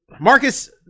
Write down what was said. Marcus